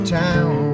town